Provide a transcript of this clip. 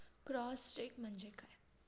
Cross check म्हणजे काय?